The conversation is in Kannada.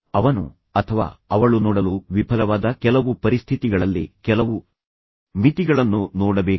ಅವನು ಅಥವಾ ಅವಳು ನೋಡಲು ವಿಫಲವಾದ ಕೆಲವು ಪರಿಸ್ಥಿತಿಗಳಲ್ಲಿ ಕೆಲವು ಮಿತಿಗಳನ್ನು ನೋಡಬೇಕು